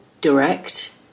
direct